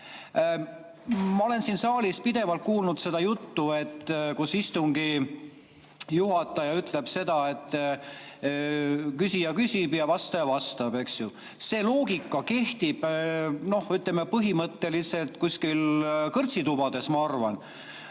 Ma olen siin saalis pidevalt kuulnud seda juttu, mida istungi juhataja ütleb, et küsija küsib ja vastaja vastab, eks ju. See loogika kehtib põhimõtteliselt kuskil kõrtsitubades, ma arvan,